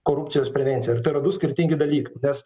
korupcijos prevenciją ir tai yra du skirtingi dalykai nes